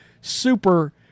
super